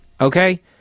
okay